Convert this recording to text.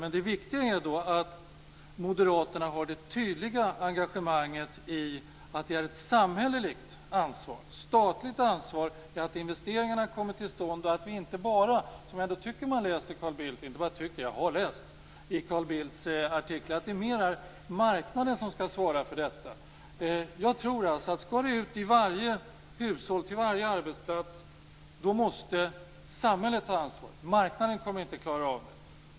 Men det viktiga är att moderaterna har det tydliga engagemanget i att det är ett samhälleligt ansvar och ett statligt ansvar och i att investeringarna kommer till stånd, och att vi inte bara, som jag har läst i Carl Bildts artiklar, anser att det är marknaden som skall svara för detta. Jag tror att om detta skall ut till varje hushåll och till varje arbetsplats, då måste samhället ta ansvaret. Marknaden kommer inte att klara av det.